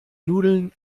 nudeln